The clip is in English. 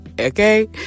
Okay